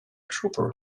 trooper